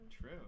True